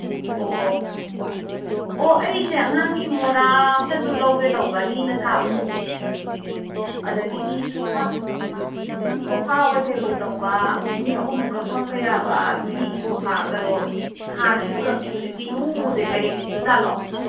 ꯑꯣ ꯑꯣ ꯑꯩꯁꯦ ꯑꯉꯥꯡꯒꯤ ꯃꯣꯔꯥ ꯑꯝꯇꯁꯨ ꯂꯧꯒꯦ ꯇꯧꯕ ꯂꯤꯅ ꯁꯥꯕꯗꯣ ꯑꯗꯒꯤꯗꯤ ꯁꯣꯐꯥ ꯁꯣꯐꯥ ꯑꯣꯏ ꯀꯔꯤ ꯑꯣꯏ ꯇꯧꯕ ꯃꯤ ꯑꯍꯨꯝꯃꯨꯛꯀ ꯐꯝꯕ ꯌꯥꯕ ꯂꯤꯒꯤ ꯁꯣꯐꯥꯒꯗꯣ ꯍꯥꯟꯅꯗꯤ ꯎꯔꯝꯃꯦ ꯍꯧꯖꯤꯛꯇꯤ ꯏꯎ ꯎꯗꯦ ꯂꯩꯔꯤꯕꯖꯥꯠꯂꯣ